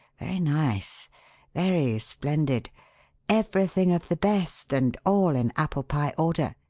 very nice very splendid everything of the best and all in apple pie order.